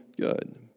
good